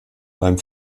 beim